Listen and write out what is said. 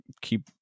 keep